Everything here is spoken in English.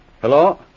Hello